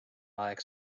aeg